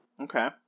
Okay